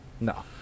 No